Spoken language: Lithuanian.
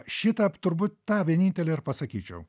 šitą turbūt tą vienintelį ir pasakyčiau